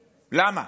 למה?